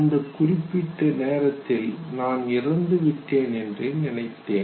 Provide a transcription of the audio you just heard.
அந்த குறிப்பிட்ட நேரத்தில் நான் இறந்துவிட்டேன் என்று நினைத்தேன்